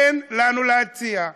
אין לנו להציע.